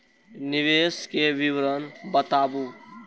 निवेश के विवरण बताबू?